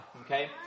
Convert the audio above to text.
okay